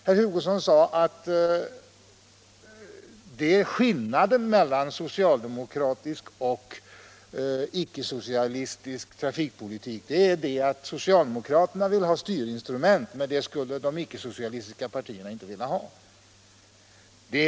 Herr Hugosson menade att skillnaden mellan socialdemokratisk och icke-socialistisk trafikpolitik är den, att socialdemokraterna vill ha styrinstrument medan de icke-socialistiska partierna inte skulle vilja ha det.